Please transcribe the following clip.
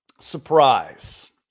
Surprise